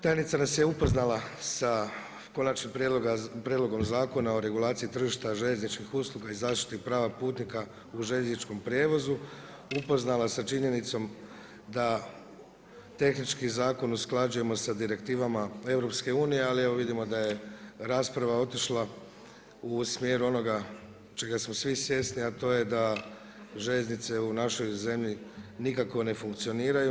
Tajnica nas je upoznala sa Konačnim prijedlogom Zakona o regulaciji tržišta željezničkih usluga i zaštiti prava putnika u željezničkom prijevozu, upoznala sa činjenicom da tehnički zakon usklađujemo sa direktivama EU, ali evo vidimo da je rasprava otišla u smjeru onoga čega smo svi svjesni, a to je da željeznice u našoj zemlji nikako ne funkcioniraju.